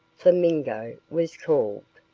flamingo, was called.